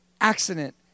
accident